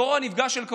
הדור הנפגע של הקורונה.